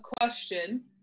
question